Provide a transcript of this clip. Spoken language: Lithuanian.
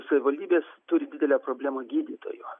savivaldybės turi didelę problemą gydytojų